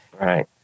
Right